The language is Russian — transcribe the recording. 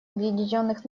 объединенных